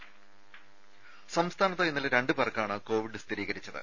രുദ സംസ്ഥാനത്ത് ഇന്നലെ രണ്ട് പേർക്കാണ് കോവിഡ് സ്ഥിരീകരിച്ചത്